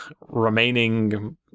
remaining